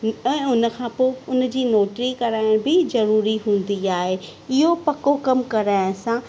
ऐं उनखां पोइ उनजी नोटरी कराइणु बि ज़रूरी हूंदी आहे इहो पको कमु कराइ असां